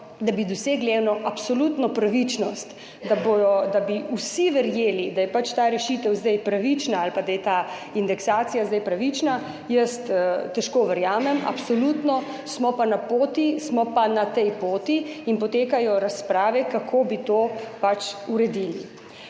da bi dosegli eno absolutno pravičnost, da bi vsi verjeli, da je pač ta rešitev zdaj pravična ali da je ta indeksacija zdaj pravična, jaz težko verjamem. Absolutno smo pa na tej poti in potekajo razprave, kako bi to pač uredili.